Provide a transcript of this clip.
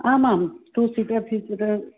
आमां two seater three sitter